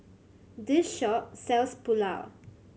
this shop sells Pulao